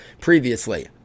previously